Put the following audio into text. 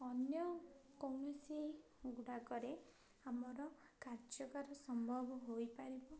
ଅନ୍ୟ କୌଣସି ଗୁଡ଼ାକରେ ଆମର କାର୍ଯ୍ୟକାର ସମ୍ଭବ ହୋଇପାରିବ